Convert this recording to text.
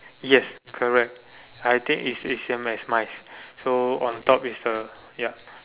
yes correct I think is is same as mine so on top is the yup